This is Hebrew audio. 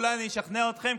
אולי אני אשכנע אתכם,